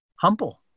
humble